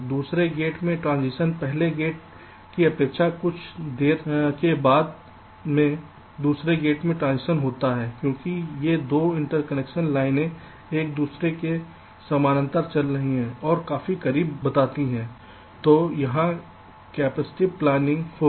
दूसरे गेट में ट्रांजिशन पहले गेट की अपेक्षा कुछ देर के बाद में दूसरे गेट में ट्रांजिशन होता है क्योंकि ये 2 इंटरकनेक्शन लाइनें एक दूसरे के समानांतर चल रही हैं और काफी करीब बताती हैं तो यहां कैपेसिटिव कपलिंग होगी